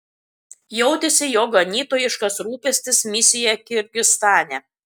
jautėsi jo ganytojiškas rūpestis misija kirgizstane